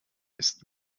ist